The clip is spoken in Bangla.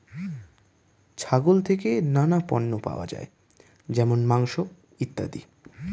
ছাগল থেকে নানা পণ্য পাওয়া যায় যেমন মাংস, ইত্যাদি